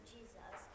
Jesus